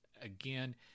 Again